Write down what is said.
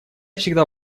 всегда